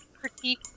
critique